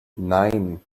nein